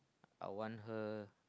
I want her